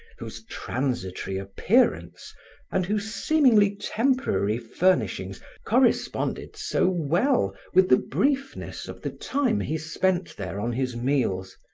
whose transitory appearance and whose seemingly temporary furnishings corresponded so well with the briefness of the time he spent there on his meals,